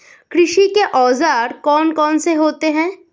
कृषि के औजार कौन कौन से होते हैं?